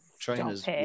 trainers